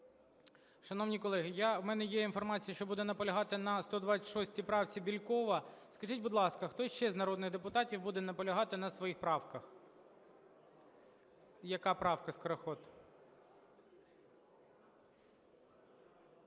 Шановні колеги! У мене є інформація, що буде наполягати на 126 правці Бєлькова. Скажіть, будь ласка, хто ще з народних депутатів буде наполягати на своїх правках? Яка правка, Скороход?